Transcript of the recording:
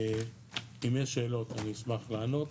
אם יש שאלות אני אשמח לענות